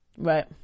Right